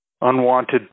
unwanted